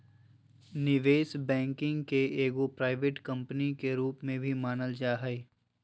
निवेश बैंकिंग के एगो प्राइवेट कम्पनी के रूप में भी मानल जा हय